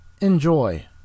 Enjoy